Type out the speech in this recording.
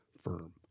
firm